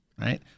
right